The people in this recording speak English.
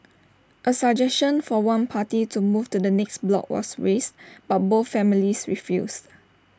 A suggestion for one party to move to the next block was raised but both families refused